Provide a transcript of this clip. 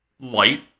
light